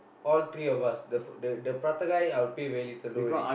all three of us the f~ the the prata guy I will pay very little don't worry